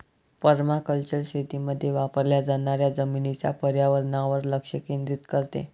permaculture शेतीमध्ये वापरल्या जाणाऱ्या जमिनीच्या पर्यावरणावर लक्ष केंद्रित करते